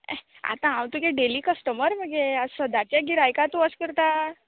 हें आतां हांव तुगे डेली कश्टमर मगे आश् सद्याचें गिरायकाक तूं अश् करता